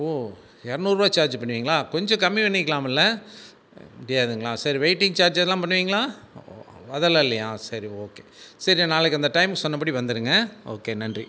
ஓ இரநூறுவா சார்ஜ் பண்ணுவிங்களா கொஞ்சம் கம்மி பண்ணிக்கலாமில்ல முடியாதுங்களா சரி வெயிட்டிங் சார்ஜ் எல்லாம் பண்ணுவிங்களா அதலாம் இல்லையா சரி ஓகே சரி நாளைக்கு இந்த டைம் சொன்ன படி வந்துடுங்க ஓகே நன்றி